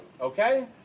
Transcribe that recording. Okay